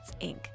Inc